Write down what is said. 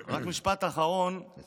רק משפט אחרון: אני